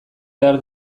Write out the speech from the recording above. behar